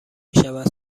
میشود